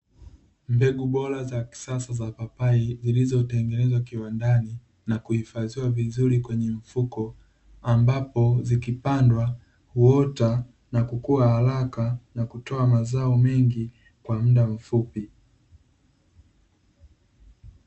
Mbegu bora za kisasa za papai, zilizotengenezwa kiwandani na kuhifadhiwa vizuri kwenye mfuko, ambapo zikipandwa huota na kukua haraka na kutoa mazao mengi kwa muda mfupi.